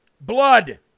blood